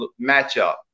matchup